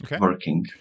working